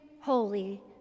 holy